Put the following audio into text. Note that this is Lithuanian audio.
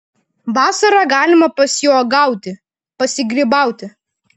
vasarą galima pasiuogauti pasigrybauti